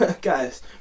guys